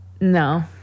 No